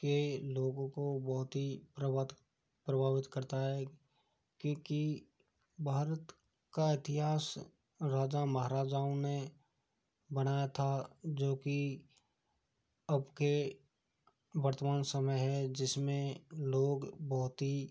के लोगों को बहुत ही प्रभावत प्रभावित करता है कि कि भारत का इतिहास राजा महाराजाओं ने बनाया था जो कि अब के वर्तमान समय है जिस में लोग बहुत ही